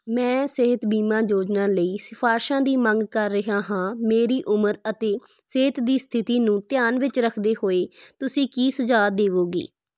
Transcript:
ਮੈਂ ਸਿਹਤ ਬੀਮਾ ਯੋਜਨਾ ਲਈ ਸਿਫਾਰਸ਼ਾਂ ਦੀ ਮੰਗ ਕਰ ਰਿਹਾ ਹਾਂ ਮੇਰੀ ਉਮਰ ਅਤੇ ਸਿਹਤ ਦੀ ਸਥਿਤੀ ਨੂੰ ਧਿਆਨ ਵਿੱਚ ਰੱਖਦੇ ਹੋਏ ਤੁਸੀਂ ਕੀ ਸੁਝਾਅ ਦੇਵੋਗੇ